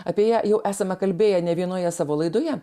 apie ją jau esame kalbėję nė vienoje savo laidoje